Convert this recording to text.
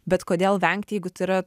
bet kodėl vengti jeigu tai yra